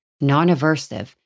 non-aversive